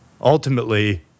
Ultimately